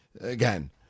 again